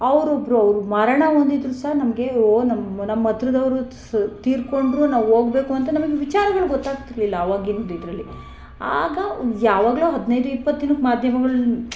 ಅವರೊಬ್ಬರು ಅವರು ಮರಣ ಹೊಂದಿದರು ಸಹ ನಮಗೆ ಓ ನಮ್ಮ ನಮ್ಮ ಹತ್ತಿರ್ದವ್ರು ತೀರಿಕೊಂಡ್ರು ನಾವು ಹೋಗ್ಬೇಕು ಅಂತ ನಮಗೆ ವಿಚಾರಗಳು ಗೊತ್ತಾಗ್ತಿರಲಿಲ್ಲ ಅವಾಗಿಂದ ಇದರಲ್ಲಿ ಆಗ ಯಾವಾಗಲೋ ಹದಿನೈದು ಇಪ್ಪತ್ತು ದಿನಕ್ಕೆ ಮಾಧ್ಯಮಗಳ್